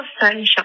sunshine